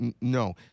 no